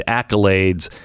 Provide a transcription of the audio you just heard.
accolades